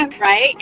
right